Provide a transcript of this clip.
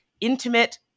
intimate